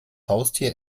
haustier